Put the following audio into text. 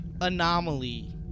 anomaly